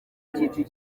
bafite